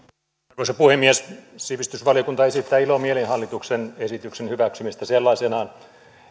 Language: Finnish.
arvoisa puhemies sivistysvaliokunta esittää ilomielin hallituksen esityksen hyväksymistä sellaisenaan